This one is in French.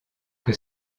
que